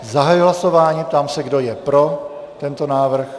Zahajuji hlasování a ptám se, kdo je pro tento návrh.